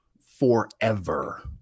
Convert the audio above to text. forever